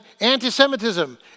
anti-Semitism